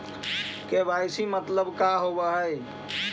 KYC मतलब का होव हइ?